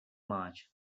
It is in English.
march